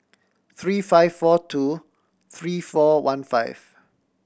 three five four two three four one five